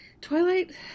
Twilight